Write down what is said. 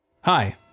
Hi